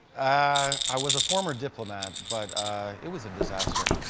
i was a former diplomat, but it was a disaster.